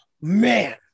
man